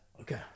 Okay